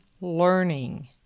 learning